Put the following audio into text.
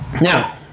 now